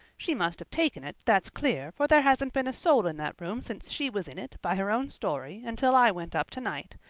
she must have taken it, that's clear, for there hasn't been a soul in that room since she was in it, by her own story, until i went up tonight.